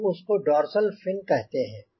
हम उसको dorsal fin कहते हैं